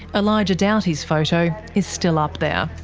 elijah doughty's photo is still up there.